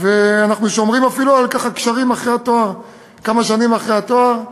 ואנחנו שומרים על קשרים אפילו כמה שנים אחרי קבלת התואר.